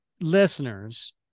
listeners